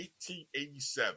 $18.87